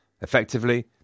Effectively